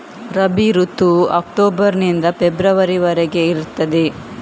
ರಬಿ ಋತುವು ಅಕ್ಟೋಬರ್ ನಿಂದ ಫೆಬ್ರವರಿ ವರೆಗೆ ಇರ್ತದೆ